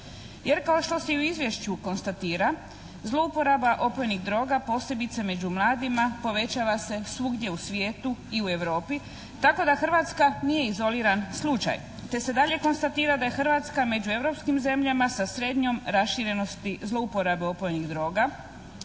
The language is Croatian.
jer kao što se i u izvješću konstatira zlouporaba opojnih droga posebice među mladima povećava se svugdje u svijetu i u Europi tako da Hrvatska nije izoliran slučaj te se dalje konstatira da je Hrvatska među europskim zemljama sa srednjom raširenosti zlouporabe opojnih droga,